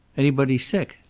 anybody sick?